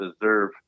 deserve